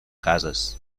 cases